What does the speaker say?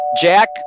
Jack